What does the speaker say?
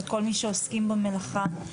לכל מי שעוסקים במלאכה,